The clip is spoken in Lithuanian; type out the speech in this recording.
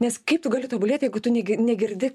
nes kaip tu gali tobulėti jeigu tu negi negirdi